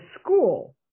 school